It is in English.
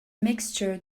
mixture